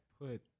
put